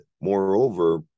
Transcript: moreover